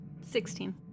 Sixteen